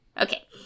Okay